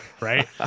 right